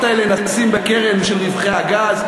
את ההכנסות האלה נשים בקרן של רווחי הגז,